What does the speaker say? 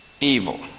evil